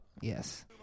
Yes